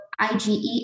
IgE